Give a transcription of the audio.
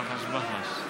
רחש בחש,